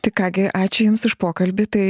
tai ką gi ačiū jums už pokalbį tai